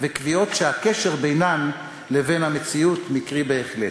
וקביעות שהקשר בינן לבין המציאות מקרי בהחלט.